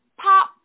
pop